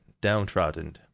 downtrodden